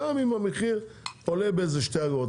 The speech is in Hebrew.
גם אם המחיר עולה באיזה שתי אגורות.